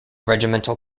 regimental